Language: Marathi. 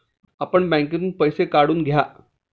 आपण बँकेतून पैसे काढून घ्या